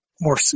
more